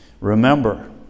Remember